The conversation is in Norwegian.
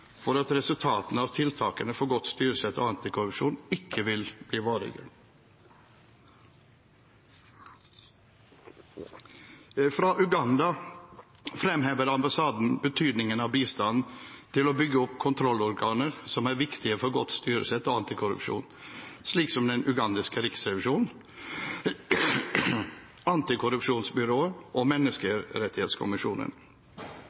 for at resultatene av tiltakene for godt styresett og antikorrupsjon ikke vil bli varige. Fra Uganda fremhever ambassaden betydningen av bistand til å bygge opp kontrollorganer som er viktige for godt styresett og antikorrupsjon, slik som den ugandiske riksrevisjonen, antikorrupsjonsbyrået og